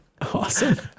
Awesome